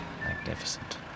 Magnificent